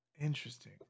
Interesting